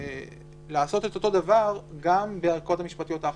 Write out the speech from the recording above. לעשות את אותו דבר גם בערכאות המשפטיות האחרות,